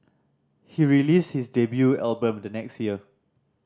he released his debut album the next year